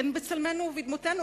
הן בצלמנו ובדמותנו,